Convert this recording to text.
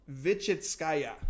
Vichitskaya